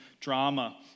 drama